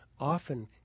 often